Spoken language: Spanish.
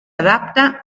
adapta